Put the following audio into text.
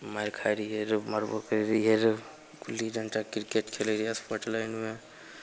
माइर खाइ रहियै रऽ मारबो करय रहियै रऽ गुल्ली डण्डा क्रिकेट रहियै रऽ स्पॉट लाइनमे